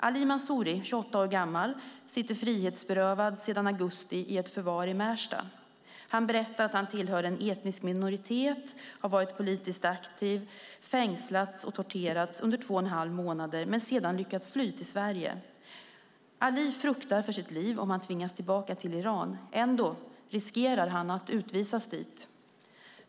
Ali Mansouri, 28 år gammal, sitter sedan augusti frihetsberövad i ett förvar i Märsta. Han berättar att han tillhör en etnisk minoritet, har varit politiskt aktiv, fängslats och torterats under två och en halv månad men sedan lyckats fly till Sverige. Ali fruktar för sitt liv om han tvingas tillbaka till Iran. Ändå riskerar han att utvisas dit.